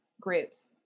groups